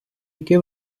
які